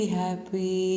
happy